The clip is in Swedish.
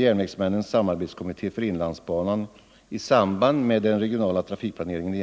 Järnvägsmännens samarbetskommitté för inlandsbanan har t.ex. i samband med den regionala trafikplaneringen i